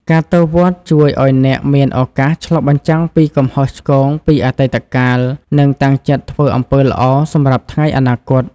ការទៅវត្តជួយឱ្យអ្នកមានឱកាសបានឆ្លុះបញ្ចាំងពីកំហុសឆ្គងពីអតីតកាល និងតាំងចិត្តធ្វើអំពើល្អសម្រាប់ថ្ងៃអនាគត។